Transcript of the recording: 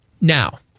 Now